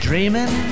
Dreaming